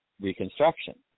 reconstruction